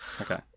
Okay